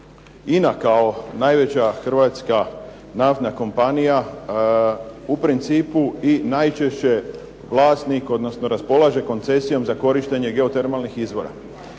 INA kao najveća hrvatska naftna kompanija u principu i najčešće vlasnik, odnosno raspolaže koncesijom za korištenje geotermalnih izvora.